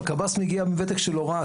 אבל קב"ס מגיע מוותק של הוראה,